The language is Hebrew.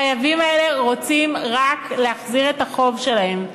החייבים האלה רוצים רק להחזיר את החוב שלהם.